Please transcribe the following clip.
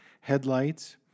headlights